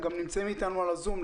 הם נמצאים איתנו על הזום,